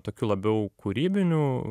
tokių labiau kūrybinių